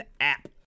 app